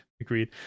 Agreed